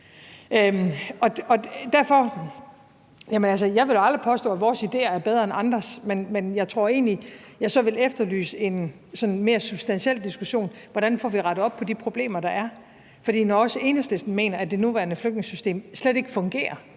Jeg ville aldrig påstå, at vores idéer er bedre end andres, men jeg tror egentlig, at jeg så vil efterlyse en mere substantiel diskussion af, hvordan vi så får rettet op på de problemer, der er, for når også Enhedslisten mener, at det nuværende flygtningesystem slet ikke fungerer